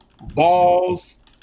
Balls